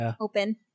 open